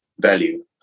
value